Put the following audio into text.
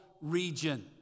region